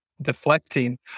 Deflecting